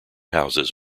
houses